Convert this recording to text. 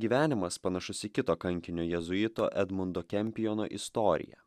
gyvenimas panašus į kito kankinio jėzuito edmundo kempijono istoriją